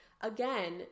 again